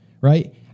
right